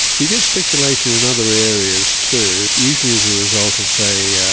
you get speculation in other areas too, usually as the result of say, yeah